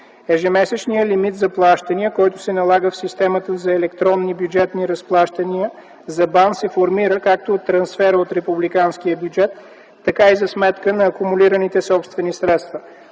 Ежемесечният лимит за плащания, който се налага в системата за електронни бюджетни разплащания за БАН, се формира както от трансфера от републиканския бюджет, така и за сметка на акумулираните собствени средства.